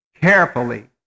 carefully